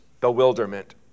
bewilderment